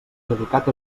dedicat